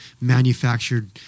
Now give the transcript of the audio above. manufactured